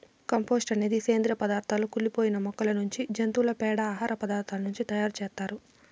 compost అనేది సేంద్రీయ పదార్థాల కుళ్ళి పోయిన మొక్కల నుంచి, జంతువుల పేడ, ఆహార పదార్థాల నుంచి తయారు చేత్తారు